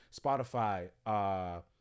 Spotify